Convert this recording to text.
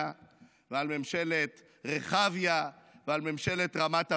ועל ממשלת רחביה ועל ממשלת רמת אביב.